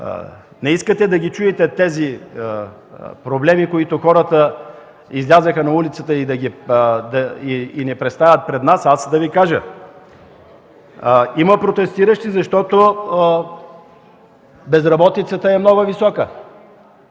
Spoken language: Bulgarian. не искате да чуете проблемите, с които хората излязоха на улицата и ги представят пред нас, аз да Ви кажа. Има протестиращи, защото безработицата е много висока;